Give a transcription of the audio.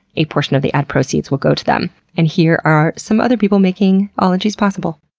a portion of the ad proceeds will go to them and here are some other people making ologies possible.